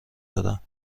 دادم